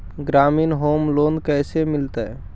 ग्रामीण home loan कैसे मिलतै?